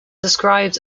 described